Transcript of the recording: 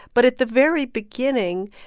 but at the very beginning,